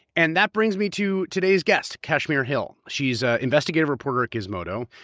and that brings me to today's guest, kashmir hill, she's an investigative reporter at gizmodo.